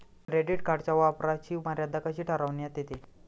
Credit कार्डच्या वापराची मर्यादा कशी ठरविण्यात येते?